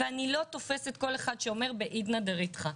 ואני לא תופסת כל אחד שאומר דברים בעידנא דריתחא.